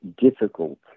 difficult